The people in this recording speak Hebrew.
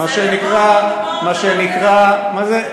מה שנקרא, מה זה?